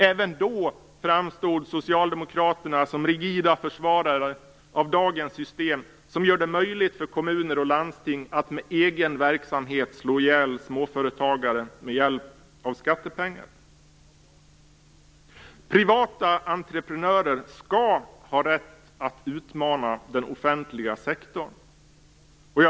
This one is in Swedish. Även då framstod Socialdemokraterna som rigida försvarare av dagens system, som gör det möjligt för kommuner och landsting att med egen verksamhet slå ihjäl småföretagare med hjälp av skattepengar. Privata entreprenörer skall ha rätt att utmana den offentliga sektorn.